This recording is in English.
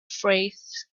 phrase